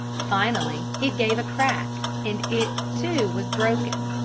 finally it gave a crack and it, too, was broken.